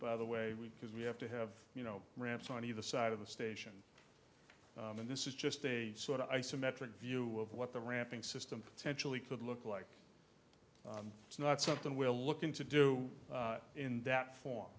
by the way we because we have to have you know ramps on either side of the station and this is just a sort of isometric view of what the ramping system potentially could look like it's not something we're looking to do in that for